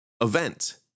event